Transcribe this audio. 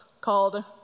called